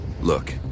Look